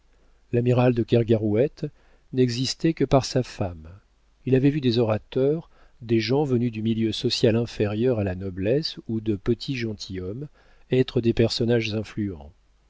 l'amiral de kergarouët n'existait que par sa femme il avait vu des orateurs des gens venus du milieu social inférieur à la noblesse ou de petits gentilshommes être des personnages influents